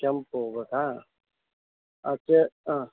ಕೆಂಪು ಹೂ ಬೇಕಾ ಓಕೆ ಹಾಂ